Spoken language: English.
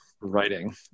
writing